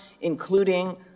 including